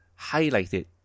highlighted